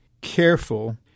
careful